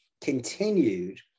continued